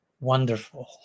wonderful